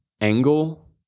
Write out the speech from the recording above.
angle